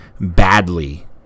badly